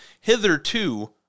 hitherto